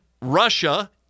Russia